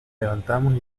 levantamos